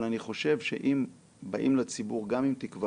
אבל אני חושב שאם באים לציבור גם עם תקווה